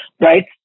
right